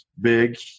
big